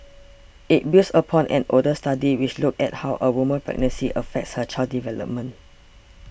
it builds upon an older study which looked at how a woman's pregnancy affects her child's development